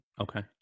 okay